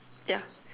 ya